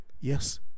Yes